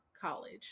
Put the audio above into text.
college